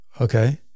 okay